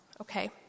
okay